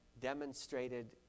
demonstrated